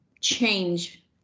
change